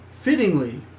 Fittingly